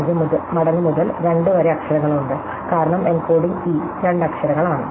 25 മടങ്ങ് മുതൽ 2 വരെ അക്ഷരങ്ങളുണ്ട് കാരണം എൻകോഡിംഗ് ഇ രണ്ട് അക്ഷരങ്ങളാണ്